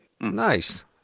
Nice